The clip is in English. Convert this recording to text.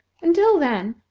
until then,